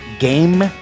Game